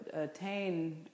attain